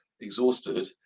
exhausted